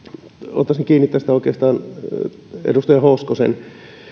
ottaisin kiinni oikeastaan tästä edustaja hoskosen